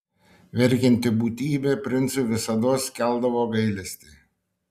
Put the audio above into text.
verkianti būtybė princui visados keldavo gailestį